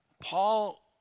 Paul